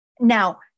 Now